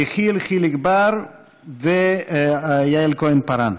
יחיאל חיליק בר ויעל כהן-פארן.